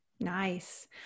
Nice